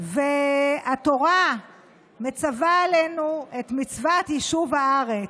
והתורה מצווה עלינו את מצוות יישוב הארץ.